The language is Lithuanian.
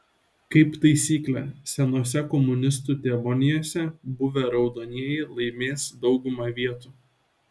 kaip taisyklė senose komunistų tėvonijose buvę raudonieji laimės daugumą vietų